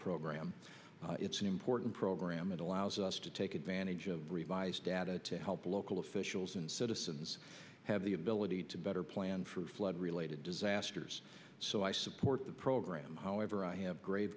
program it's an important program it allows us to take advantage of revised data to help local officials and citizens have the ability to better plan for flood related disasters so i support the program however i have gr